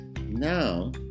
now